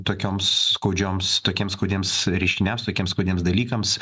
tokioms skaudžioms tokiems skaudiems reiškiniams tokiems skaudiems dalykams